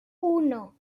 uno